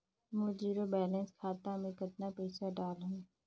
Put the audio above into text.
मोर zero balance खाता मे कतना पइसा डाल हूं?